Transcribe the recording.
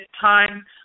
time